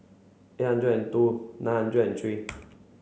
eight hundred and two nine hundred and three